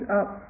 up